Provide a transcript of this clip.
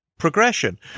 progression